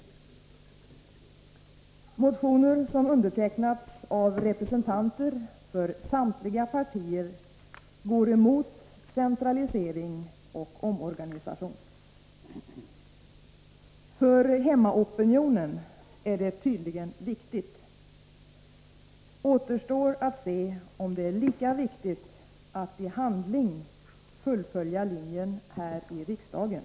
Motioner som 30 november 1983 undertecknats av representanter för samtliga partier går emot centralisering en och omorganisationen. För hemmaopinionen är det tydligen viktigt. Åklagarväsendets Återstår att se om det är lika viktigt att i handling fullfölja linjen här i regionala organisariksdagen.